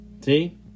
see